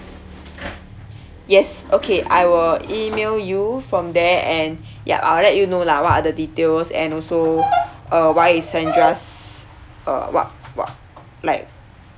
yes okay I will email you from there and yup I will let you know lah what are the details and also uh why is sandra's uh what what like